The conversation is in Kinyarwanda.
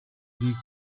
lick